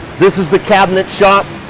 this is the cabinet shop.